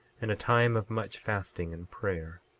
and a time of much fasting and prayer.